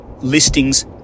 listings